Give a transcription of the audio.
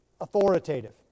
authoritative